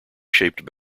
shaped